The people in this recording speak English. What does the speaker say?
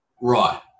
Right